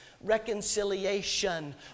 reconciliation